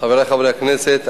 חברי חברי הכנסת,